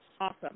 Awesome